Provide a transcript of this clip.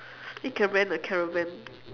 you can rent a caravan